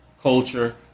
culture